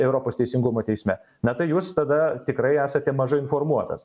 europos teisingumo teisme na tai jūs tada tikrai esate mažai informuotas